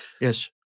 Yes